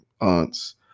aunts